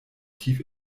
tief